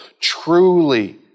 truly